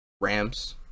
rams